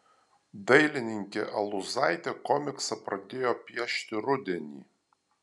dailininkė aluzaitė komiksą pradėjo piešti rudenį